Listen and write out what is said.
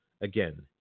again